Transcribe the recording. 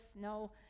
No